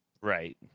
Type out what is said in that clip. Right